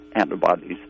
Antibodies